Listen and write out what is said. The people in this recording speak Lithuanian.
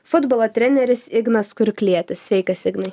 futbolo treneris ignas kurklietis sveikas ignai